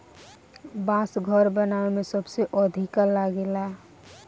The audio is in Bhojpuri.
बांस घर बनावे में सबसे अधिका लागेला